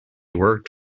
worked